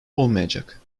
olmayacak